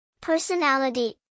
Personality